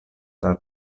tra